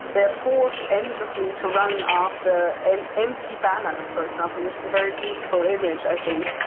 they're forced endlessly to run after an empty banners, for example, which is a very beautiful image i think.